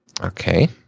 Okay